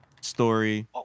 story